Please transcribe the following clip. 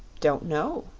don't know,